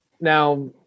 Now